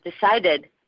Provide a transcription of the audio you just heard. decided